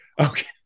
Okay